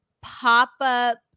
pop-up